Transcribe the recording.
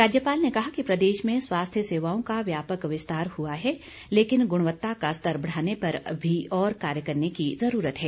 राज्यपाल ने कहा कि प्रदेश में स्वास्थ्य सेवाओं का व्यापक विस्तार हुआ है लेकिन गुणवत्ता का स्तर बढ़ाने पर अभी और कार्य करने की ज़रूरत है